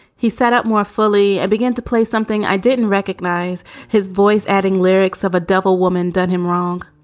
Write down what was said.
he sat up more fully and began to play something. i didn't recognize his voice, adding lyrics of a devil woman done him wrong.